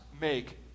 make